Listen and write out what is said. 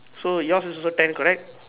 so yours is also ten correct